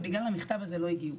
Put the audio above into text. ובגלל המכתב הזה לא הגיעו.